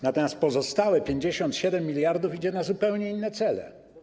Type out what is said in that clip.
Natomiast pozostałe 57 mld idzie na zupełnie inne cele.